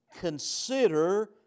Consider